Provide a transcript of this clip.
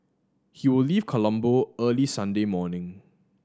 he will leave Colombo early Sunday morning